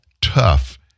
tough